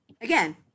Again